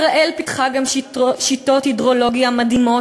ישראל פיתחה גם שיטות הידרולוגיה מדהימות